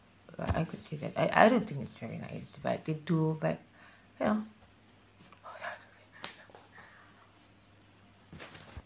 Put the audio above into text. uh I could say that I I don't think it's very nice but they do but you know